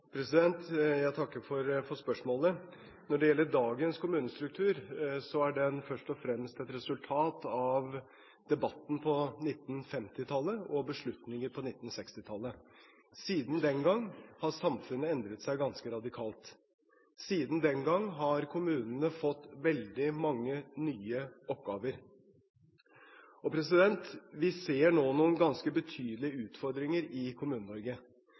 Jeg takker for spørsmålet. Når det gjelder dagens kommunestruktur, er den først og fremst et resultat av debatten på 1950-tallet og beslutninger på 1960-tallet. Siden den gang har samfunnet endret seg ganske radikalt. Siden den gang har kommunene fått veldig mange nye oppgaver, og vi ser nå noen ganske betydelige utfordringer i